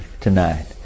tonight